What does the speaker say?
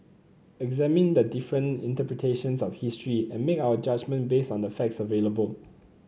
examine the different interpretations of history and make our judgement based on the facts available